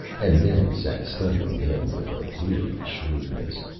and then sat studying him with a bleary shrewdness.